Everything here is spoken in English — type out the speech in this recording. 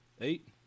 Eight